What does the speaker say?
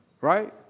Right